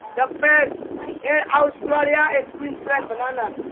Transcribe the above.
the best in australia is queensland banana!